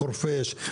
חורפיש,